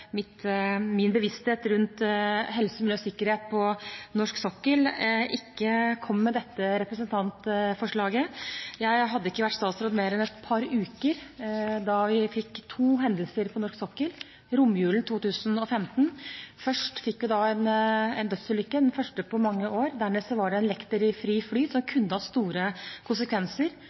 min bevissthet rundt helse, miljø og sikkerhet på norsk sokkel ikke kom med dette representantforslaget. Jeg hadde ikke vært statsråd mer enn et par uker da vi fikk to hendelser på norsk sokkel romjulen 2015. Først fikk vi en dødsulykke, den første på mange år. Dernest var det en lekter i fri flyt som kunne hatt store konsekvenser.